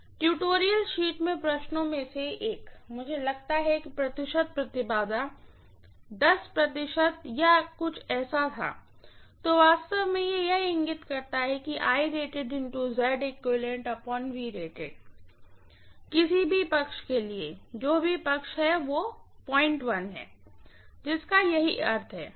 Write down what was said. tutorial sheet में प्रश्नो में से एक मुझे लगता है कि प्रतिशत इम्पीडेन्स प्रतिशत या ऐसा कुछ था जो वास्तव में यह इंगित करता है किसी भी साइड के लिए जो भी साइड है वह 01 है जिसका यही अर्थ है